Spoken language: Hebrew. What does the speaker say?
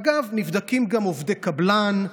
אגב, נבדקים גם עובדי קבלן,